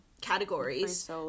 categories